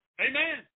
Amen